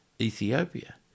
Ethiopia